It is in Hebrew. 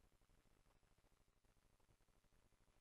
ותחזור ותחזור לוועדת העבודה,